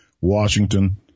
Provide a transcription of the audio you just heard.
Washington